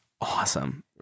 awesome